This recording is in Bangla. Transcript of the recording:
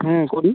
হুম করি